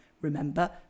remember